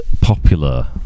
popular